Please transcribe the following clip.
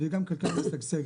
כלכלה משגשגת.